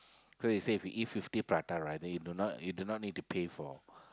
so if they say if you eat fifty prata right then you do not you do not need to pay for